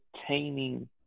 obtaining